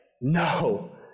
no